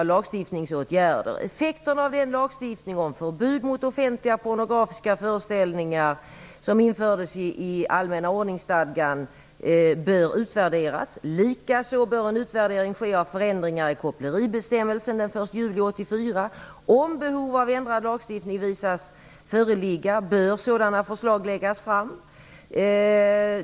I direktiven talas bl.a. om att effekterna av den lagstiftning om förbud mot offentliga pornografiska föreställningar som infördes i allmänna ordningsstadgan bör utvärderas. Likaså bör en utvärdering ske av förändringarna i koppleribestämmelsen från den 1 juli 1984. Om behov av ändrad lagstiftning visas föreligga bör sådana förslag läggas fram.